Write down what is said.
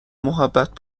محبت